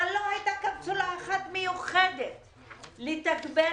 אבל לא הייתה קפסולה אחת מיוחדת לתגבר